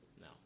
No